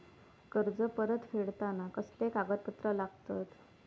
कर्ज परत फेडताना कसले कागदपत्र लागतत?